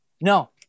No